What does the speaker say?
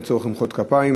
אין צורך למחוא כפיים,